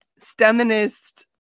steminist